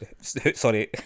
Sorry